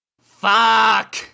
fuck